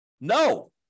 No